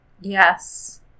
Yes